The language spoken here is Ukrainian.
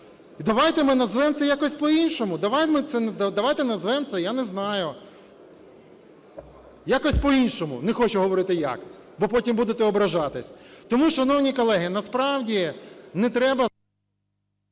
Давайте назвемо це, я не знаю, якось по-іншому, не хочу говорити як, бо потім будете ображатись. Тому, шановні колеги, насправді не треба…